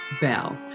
Bell